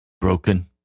broken